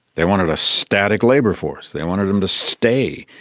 they wanted a static labour force, they wanted them to stay,